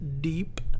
Deep